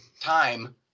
time